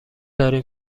داریم